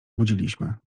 obudziliśmy